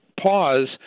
Pause